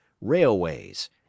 railways